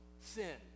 sin